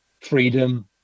freedom